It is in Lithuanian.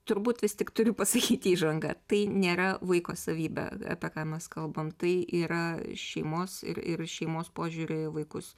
turbūt vis tik turiu pasakyti įžangą tai nėra vaiko savybė apie ką mes kalbam tai yra šeimos ir ir šeimos požiūrio į vaikus